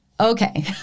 Okay